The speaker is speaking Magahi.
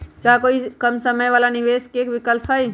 का कोई कम समय वाला निवेस के विकल्प हई?